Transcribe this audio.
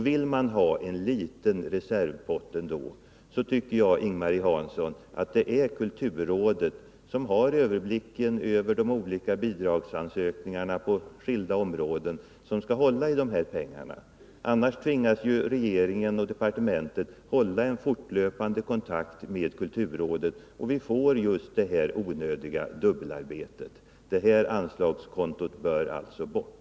Vill man ändå ha en liten reservpott, Ing-Marie Hansson, tycker jag att det är kulturrådet, som har överblicken över de olika bidragsansökningarna på skilda områden, som skall hålla i pengarna. Annars tvingas ju regeringen och departementet att hålla en fortlöpande kontakt med kulturrådet, och vi får just detta onödiga dubbelarbete. Det här anslagskontot bör alltså bort.